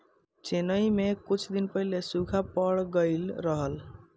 चेन्नई में कुछ दिन पहिले सूखा पड़ गइल रहल